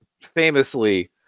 famously